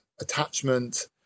attachment